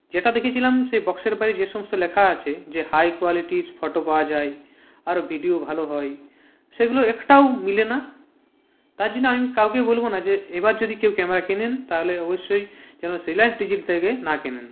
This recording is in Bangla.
যেটা দেখেছিলাম সেই বক্সের বাইরে যে সমস্ত লেখা আছে যে হাই কোয়ালিটির ফটো পাওয়া যায় আর ভিডিও ভালো হয় সেগুলো একটাও মিলে না তার জন্য আমি কাউকে বলব না যে এবার যদি কেউ ক্যামেরা কেনেন তাহলে অবশ্যই যেন রিলায়েন্স ডিজিটাল থেকে না কেনেন